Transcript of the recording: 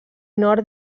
nord